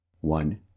one